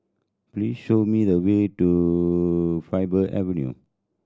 please show me the way to Faber Avenue